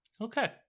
Okay